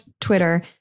Twitter